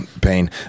pain